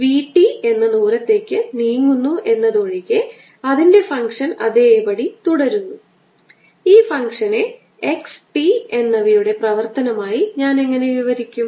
ചുവപ്പു നിറത്തിലുള്ള ഫീൽഡ് മൂലമുള്ള വെക്റ്ററിനൊപ്പം ആയിരിക്കും അവയുടെ വ്യാപ്തിയെക്കുറിച്ച് അവ കണക്കാക്കാൻ അനുവദിക്കുന്നു